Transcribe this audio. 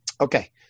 Okay